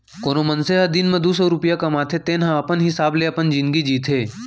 कोनो मनसे ह दिन म दू सव रूपिया कमाथे तेन ह अपन हिसाब ले अपन जिनगी जीथे